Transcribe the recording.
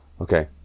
okay